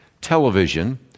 television